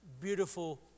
beautiful